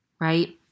right